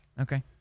Okay